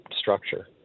structure